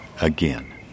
again